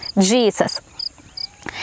Jesus